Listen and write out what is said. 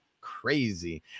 crazy